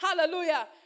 Hallelujah